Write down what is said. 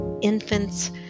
infants